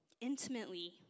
intimately